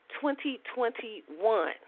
2021